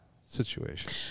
situation